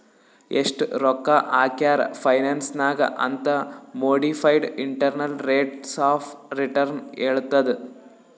ಎಸ್ಟ್ ರೊಕ್ಕಾ ಹಾಕ್ಯಾರ್ ಫೈನಾನ್ಸ್ ನಾಗ್ ಅಂತ್ modified internal rates of return ಹೇಳತ್ತುದ್